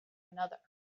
another